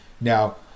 Now